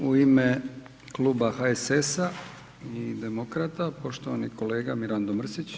U ime Kluba HSS-a i Demokrata, poštovani kolega Mirando Mrsić.